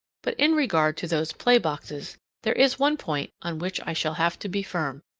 but in regard to those play boxes there is one point on which i shall have to be firm.